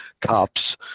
cops